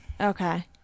okay